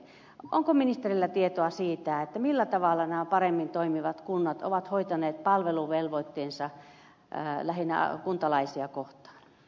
onko ministerillä tietoa siitä millä tavalla nämä paremmin toimeen tulevat kunnat ovat hoitaneet palveluvelvoitteensa lähinnä kuntalaisia kohtaan